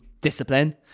discipline